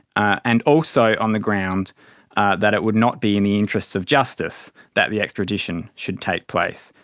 and also on the ground that it would not be in the interest of justice that the extradition should take place.